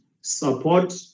support